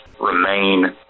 remain